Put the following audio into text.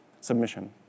submission